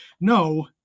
No